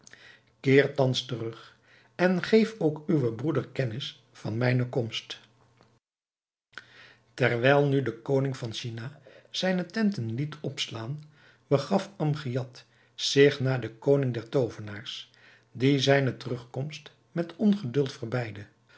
keer thans terug en geef ook uwen broeder kennis van mijne komst terwijl nu de koning van china zijne tenten liet opslaan begaf amgiad zich naar den koning der toovenaars die zijne terugkomst met ongeduld